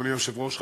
אדוני היושב-ראש,